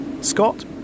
Scott